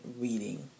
reading